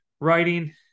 writing